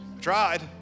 tried